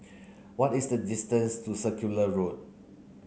what is the distance to Circular Road